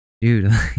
dude